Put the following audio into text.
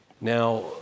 Now